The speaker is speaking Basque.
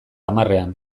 hamarrean